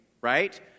Right